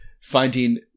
finding